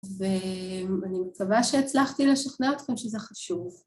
ואני מקווה שהצלחתי לשכנע אתכם שזה חשוב.